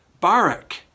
Barak